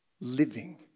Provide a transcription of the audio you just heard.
Living